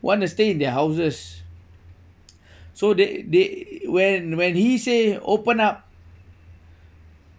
wanna stay in their houses so they they when when he say open up